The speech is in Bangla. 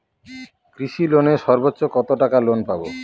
কৃষি লোনে সর্বোচ্চ কত টাকা লোন পাবো?